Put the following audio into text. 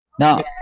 Now